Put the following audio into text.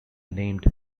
named